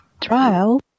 Trial